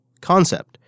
concept